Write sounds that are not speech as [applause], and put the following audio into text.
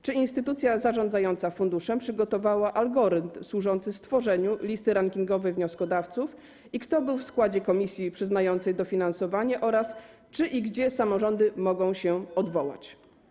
Czy instytucja zarządzająca funduszem przygotowała algorytm służący stworzeniu [noise] listy rankingowej wnioskodawców i kto był w składzie komisji przyznającej dofinansowanie oraz czy i gdzie samorządy mogą się odwołać?